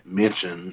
mention